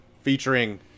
Featuring